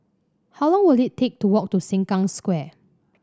how long will it take to walk to Sengkang Square